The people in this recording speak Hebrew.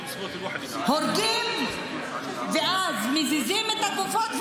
הורגים ואז מזיזים את הגופות,